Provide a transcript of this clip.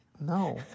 No